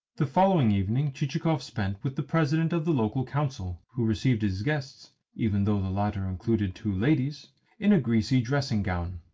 the following evening chichikov spent with the president of the local council, who received his guests even though the latter included two ladies in a greasy dressing-gown.